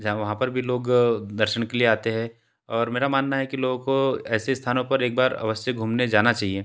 जहाँ वहाँ पर भी लोग दर्शन के लिए आते हैं और मेरा मानना है कि लोगों को ऐसे स्थानों पर एक बार अवश्य घूमने जाना चाहिए